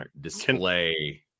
display